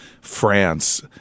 France –